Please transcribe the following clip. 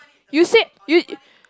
you said you